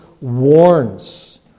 warns